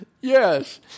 Yes